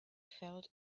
felt